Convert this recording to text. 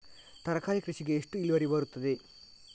ತರಕಾರಿ ಕೃಷಿಗೆ ಎಷ್ಟು ಇಳುವರಿ ಬರುತ್ತದೆ?